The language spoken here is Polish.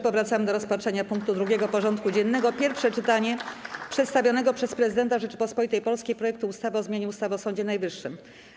Powracamy do rozpatrzenia punktu 2. porządku dziennego: Pierwsze czytanie przedstawionego przez Prezydenta Rzeczypospolitej Polskiej projektu ustawy o zmianie ustawy o Sądzie Najwyższym.